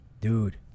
dude